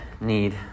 need